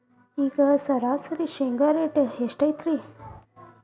ಈಗ ಸರಾಸರಿ ಶೇಂಗಾ ರೇಟ್ ಎಷ್ಟು ಐತ್ರಿ?